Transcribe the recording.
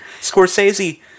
Scorsese